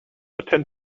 attend